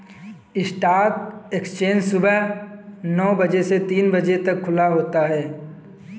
stock exchange सुबह नो बजे से तीन बजे तक खुला होता है